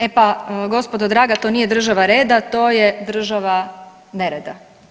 E pa gospodo draga to nije država reda, to je država nereda.